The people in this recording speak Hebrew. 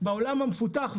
בעולם המפותח,